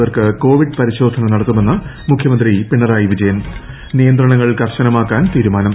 പേർക്ക് കോവിഡ് പരിശോധന നടത്തുമെന്ന് മുഖ്യമന്ത്രി പിണറായി വിജയൻ നിയന്ത്രണങ്ങൾ കർശനമാക്കാൻ തീരുമാനം